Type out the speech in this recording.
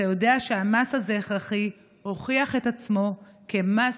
אתה יודע שהמס הזה הכרחי והוכיח את עצמו כמס